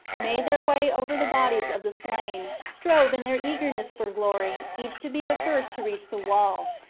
made their way over the bodies of the slain, strove, in their eagerness for glory, each to be the first to reach the wall,